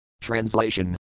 Translation